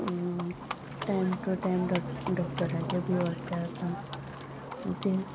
time to time डॉक्टरागेर बी वरता आतां आनी ते